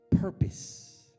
purpose